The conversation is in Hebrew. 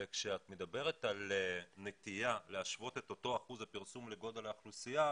וכשאת מדברת על הנטייה להשוות את אותו אחוז פרסום לגודל האוכלוסייה,